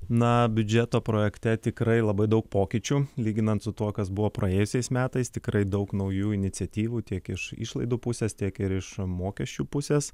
na biudžeto projekte tikrai labai daug pokyčių lyginant su tuo kas buvo praėjusiais metais tikrai daug naujų iniciatyvų tiek iš išlaidų pusės tiek ir iš mokesčių pusės